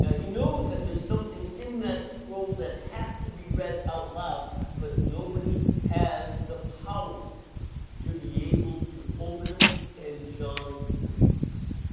yeah he knows that there is something in that scroll that has to be read out loud but nobody has the power to be able to open it and john weeps.